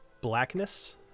blackness